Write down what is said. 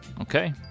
Okay